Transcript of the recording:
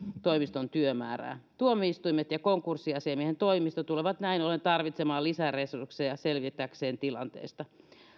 toimiston työmäärää tuomioistuimet ja konkurssiasiamiehen toimisto tulevat näin ollen tarvitsemaan lisäresursseja selvitäkseen tilanteesta